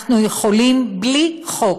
אנחנו יכולים, בלי חוק,